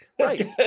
Right